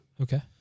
Okay